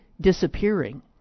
disappearing